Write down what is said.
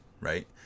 right